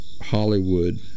Hollywood